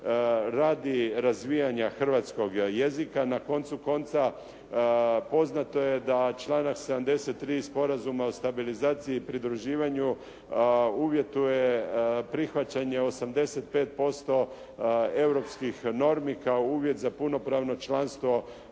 radi razvijanja hrvatskog jezika. Na koncu konca, poznato je da članak 73. Sporazuma o stabilizaciji i pridruživanju uvjetuje prihvaćanje 85% europskih normi kao uvjet za punopravno članstvo